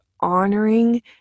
honoring